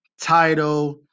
title